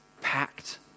packed